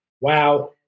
wow